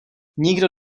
nikdo